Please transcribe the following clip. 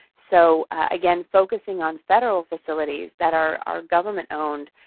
so, again focusing on federal facilities that are are government owned,